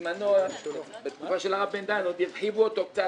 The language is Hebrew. בזמנו בתקופה של הרב בן דהן עוד הרחיבו אותו קצת,